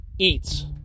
eats